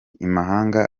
imahanga